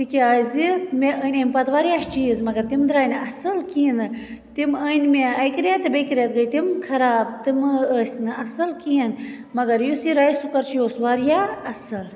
تکیٛازِ مےٚ أنۍ امہِ پَتہٕ واریاہ چیٖز مگر تِم درٛاے نہٕ اصٕل کِہیٖنٛۍ تہٕ تِم أنۍ مےٚ اَکہِ ریٚتہٕ بیٚکہِ ریٚتہٕ گٔیہِ تِم خَراب تِم ٲسۍ نہٕ اصٕل کِہیٖنٛۍ مگر یُس یہِ رایِس کُکَر چھُ یہِ اوس واریاہ اصٕل